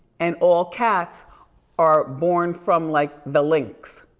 and all cats are born from like the lynx.